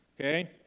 Okay